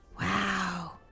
Wow